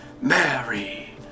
Mary